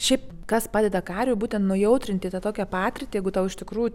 šiaip kas padeda kariui būtent nujautrinti tą tokią patirtį jeigu tau iš tikrųjų